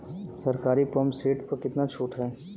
सरकारी pump set प कितना छूट हैं?